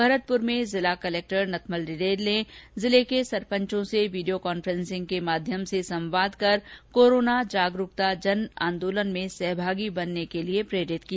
भरतपूर में जिला कलक्टर नथमल डिडेल ने जिले के सरपंचों से वीडियो कॉन्फेंसिंग के माध्यम से संवाद कर कोरोना जागरूकता जन आंदोलन में सहभागी बनने के लिए प्रेरित किया